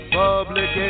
public